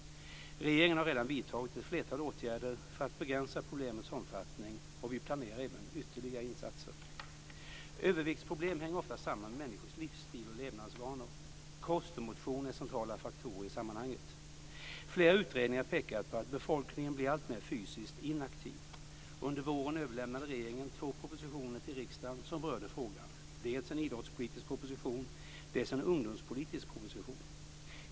Regeringen har redan vidtagit ett flertal åtgärder för att begränsa problemets omfattning och vi planerar även ytterligare insatser. Överviktsproblem hänger ofta samman med människors livsstil och levnadsvanor. Kost och motion är centrala faktorer i sammanhanget. Flera utredningar har pekat på att befolkningen blir alltmer fysiskt inaktiv. Under våren överlämnade regeringen två propositioner till riksdagen som berörde frågan, dels en idrottspolitisk proposition, dels en ungdomspolitisk proposition.